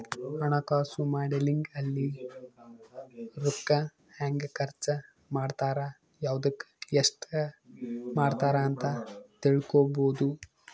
ಹಣಕಾಸು ಮಾಡೆಲಿಂಗ್ ಅಲ್ಲಿ ರೂಕ್ಕ ಹೆಂಗ ಖರ್ಚ ಮಾಡ್ತಾರ ಯವ್ದುಕ್ ಎಸ್ಟ ಮಾಡ್ತಾರ ಅಂತ ತಿಳ್ಕೊಬೊದು